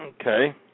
Okay